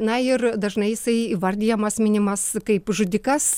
na ir dažnai jisai įvardijamas minimas kaip žudikas